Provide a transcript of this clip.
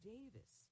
Davis